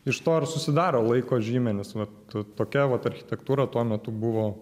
iš to ir susidaro laiko žymenys vat tokia vat architektūra tuo metu buvo